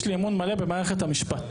יש לי אמון במערכת המשפט,